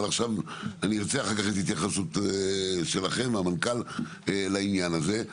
אני ארצה אחר כך את התייחסות המנכ"ל לעניין הזה.